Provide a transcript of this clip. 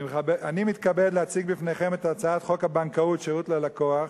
אני מתכבד להציג בפניכם את הצעת חוק הבנקאות (שירות ללקוח)